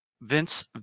Vince